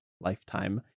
Lifetime